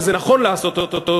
וזה נכון לעשות אותו,